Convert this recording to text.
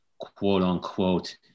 quote-unquote